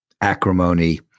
acrimony